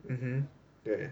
mmhmm 对